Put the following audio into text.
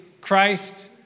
Christ